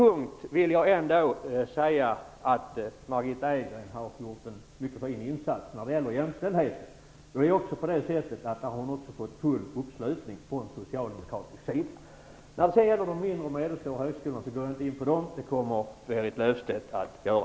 Jag vill ändå säga att Margitta Edgren har gjort en fin insats på en punkt, nämligen när det gäller jämställdheten. Där har hon också fått full uppslutning från socialdemokratisk sida. Jag går inte in på de mindre och medelstora högskolorna. Det kommer Berit Löfstedt att göra.